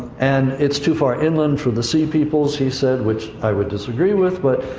and it's too far inland for the sea peoples, he said, which i would disagree with, but.